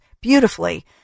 beautifully